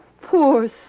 poor